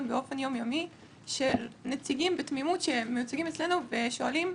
באופן יומיומי של מיוצגים אצלנו ששואלים: